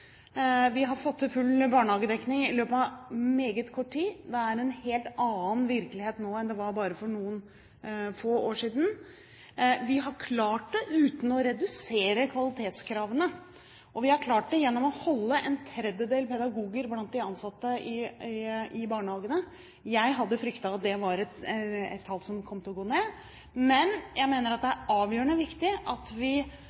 Vi har fått til full barnehagedekning i løpet av meget kort tid. Det er en helt annen virkelighet nå enn det var bare for noen få år siden. Vi har klart det uten å redusere kvalitetskravene, og vi har klart det ved å holde en tredjedel pedagoger blant de ansatte i barnehagene. Jeg hadde fryktet at det var et tall som kom til å gå ned. Men jeg mener det er avgjørende viktig at vi